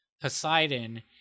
Poseidon